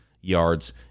yards